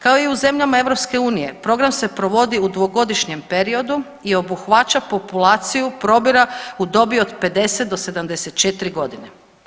Kao i zemljama EU program se provodi u dvogodišnjem periodu i obuhvaća populaciju probira u dobi od 50 do 74 godine.